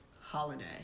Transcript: holiday